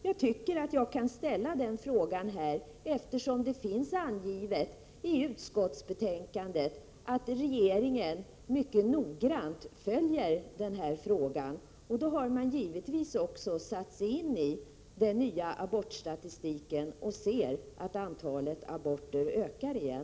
Jag tycker att jag kan ställa den frågan här, eftersom det finns angivet i utskottsbetänkandet att regeringen mycket noggrant följer denna fråga. Då har man givetvis också satt sig in i den nya abortstatistiken och sett att antalet aborter ökar igen.